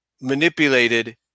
manipulated